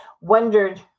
wondered